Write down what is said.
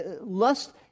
Lust